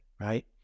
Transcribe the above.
right